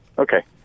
Okay